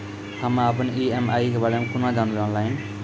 हम्मे अपन ई.एम.आई के बारे मे कूना जानबै, ऑनलाइन?